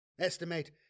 Estimate